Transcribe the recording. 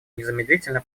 незамедлительно